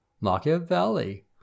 Machiavelli